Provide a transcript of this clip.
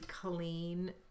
clean